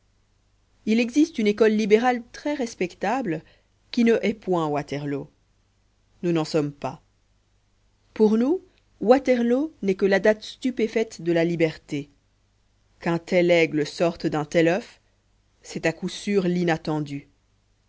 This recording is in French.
il existe une école libérale très respectable qui ne hait point waterloo nous n'en sommes pas pour nous waterloo n'est que la date stupéfaite de la liberté qu'un tel aigle sorte d'un tel oeuf c'est à coup sûr l'inattendu